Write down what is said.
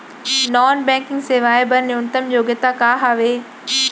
Non banking सेवाएं बर न्यूनतम योग्यता का हावे?